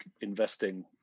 investing